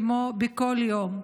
כמו בכל יום,